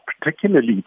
particularly